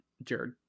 Jared